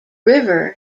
river